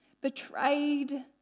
betrayed